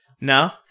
No